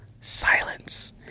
Silence